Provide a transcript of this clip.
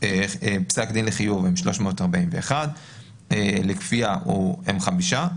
פסק דין לחיוב הם 341; לכפייה הם 5,